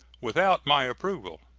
without my approval.